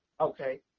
Okay